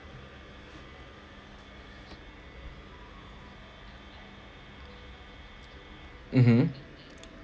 mmhmm